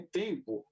tempo